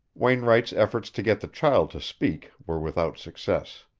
wainwright's efforts to get the child to speak were without success.